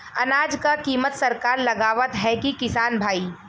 अनाज क कीमत सरकार लगावत हैं कि किसान भाई?